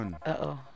Uh-oh